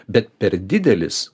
bet per didelis